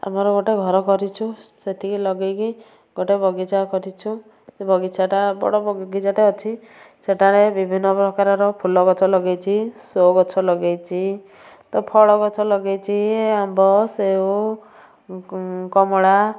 ଆମର ଗୋଟେ ଘର କରିଛୁ ସେଠିକି ଲଗାଇକି ଗୋଟେ ବଗିଚା କରିଛୁ ସେ ବଗିଚାଟା ବଡ଼ ବଗିଚାଟା ଅଛି ସେଠାରେ ବିଭିନ୍ନ ପ୍ରକାରର ଫୁଲ ଗଛ ଲଗାଇଛି ସୋ ଗଛ ଲଗାଇଛି ତ ଫଳ ଗଛ ଲଗାଇଛି ଆମ୍ବ ସେଓ କୁ କମଳା